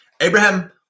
abraham